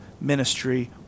ministry